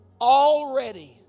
already